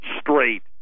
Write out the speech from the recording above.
straight